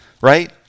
right